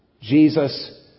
Jesus